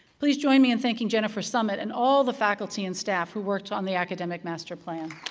please join me in thanking jennifer summit and all the faculty and staff who worked on the academic master plan.